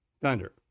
thunder